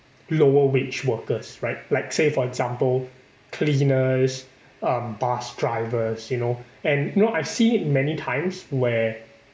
lower wage workers right like say for example cleaners um bus drivers you know and you know I've seen it many times where